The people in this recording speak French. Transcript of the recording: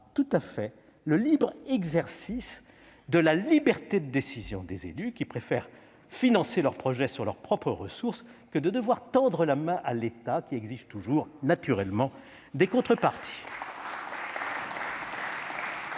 tout à fait au libre exercice de la faculté de décision des élus. Ceux-ci préfèrent financer leurs projets sur leurs propres ressources plutôt que de devoir tendre la main à l'État, lequel exige toujours, naturellement, des contreparties